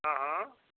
हॅं हॅं